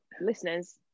listeners